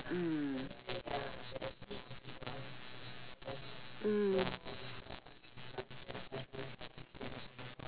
mm